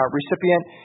recipient